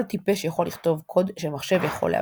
טיפש יכול לכתוב קוד שמחשב יכול להבין,